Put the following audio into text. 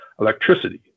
electricity